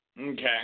Okay